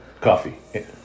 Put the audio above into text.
coffee